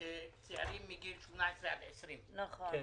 דמי אבטלה לצעירים מגיל 18 עד 20. הנה,